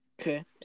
Okay